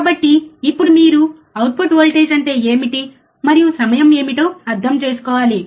కాబట్టి ఇప్పుడు మీరు అవుట్పుట్ వోల్టేజ్ అంటే ఏమిటి మరియు సమయం ఏమిటో అర్థం చేసుకోవాలి